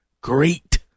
great